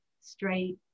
straight